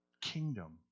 kingdom